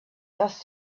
dust